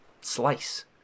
slice